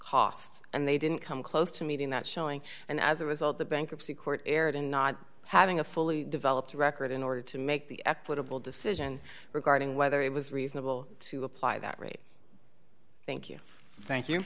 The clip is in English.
costs and they didn't come close to meeting that showing and as a result the bankruptcy court erred in not having a fully developed record in order to make the effort a bold decision regarding whether it was reasonable to apply that rate thank you thank you